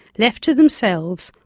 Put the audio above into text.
left to themselves,